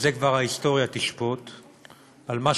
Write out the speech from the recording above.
את זה כבר ההיסטוריה תשפוט,